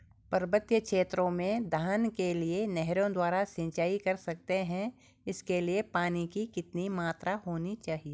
पर्वतीय क्षेत्रों में धान के लिए नहरों द्वारा सिंचाई कर सकते हैं इसके लिए पानी की कितनी मात्रा होनी चाहिए?